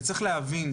וצריך להבין,